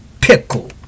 pickle